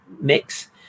mix